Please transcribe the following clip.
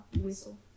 whistle